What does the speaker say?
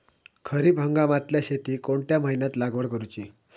खरीप हंगामातल्या शेतीक कोणत्या महिन्यात लागवड करूची?